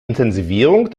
intensivierung